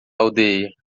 aldeia